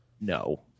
no